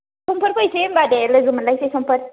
संफोर फैसै होमबा दे लोगोमोनलायसै संफोर